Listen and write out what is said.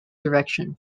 direction